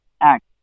act